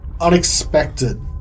unexpected